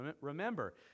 remember